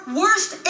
worst